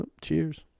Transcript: Cheers